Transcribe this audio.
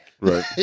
Right